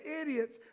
idiots